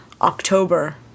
October